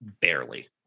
Barely